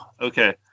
okay